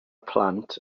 plant